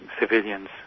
civilians